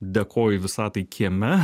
dėkoju visatai kieme